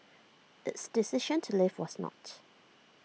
its decision to leave was not